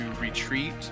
retreat